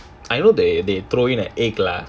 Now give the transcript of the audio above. I know the~ they throw in like egg lah